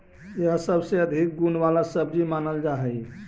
यह सबसे अधिक गुण वाला सब्जी मानल जा हई